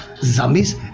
zombies